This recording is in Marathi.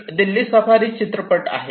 एक दिल्ली सफारी चित्रपट आहे